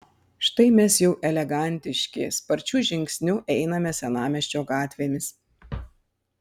štai mes jau elegantiški sparčiu žingsniu einame senamiesčio gatvėmis